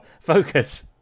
focus